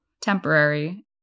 temporary